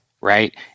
right